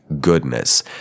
goodness